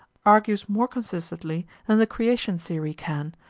argues more consistently than the creation theory can,